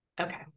Okay